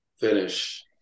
finish